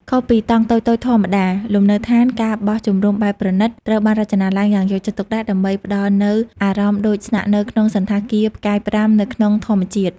ខុសពីតង់តូចៗធម្មតា លំនៅដ្ឋាន ការបោះជំរំបែបប្រណីត ត្រូវបានរចនាឡើងយ៉ាងយកចិត្តទុកដាក់ដើម្បីផ្តល់នូវអារម្មណ៍ដូចស្នាក់នៅក្នុងសណ្ឋាគារផ្កាយប្រាំនៅក្នុងធម្មជាតិ។